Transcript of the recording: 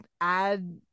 add